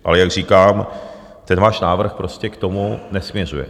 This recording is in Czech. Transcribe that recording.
Ale jak říkám, ten váš návrh prostě k tomu nesměřuje.